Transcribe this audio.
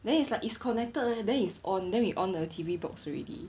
then it's like it's connected leh then it's on then we on the T_V box already